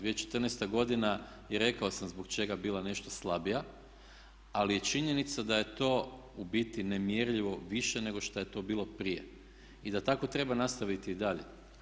2014. godina je rekao sam zbog čega je bila nešto slabija, ali je činjenica da je to u biti nemjerljivo više nego što je to bilo prije i da tako treba nastaviti i dalje.